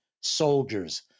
soldiers